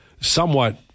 somewhat